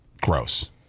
gross